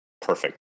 perfect